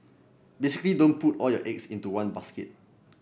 basically don't put all your eggs into one basket